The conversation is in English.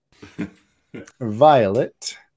Violet